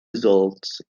results